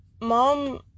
mom